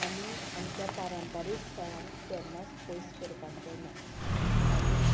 आमीं आमच्या पारंपारीक खेळांक केन्नाच पयस करपाचें ना आमीं